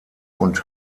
und